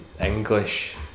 English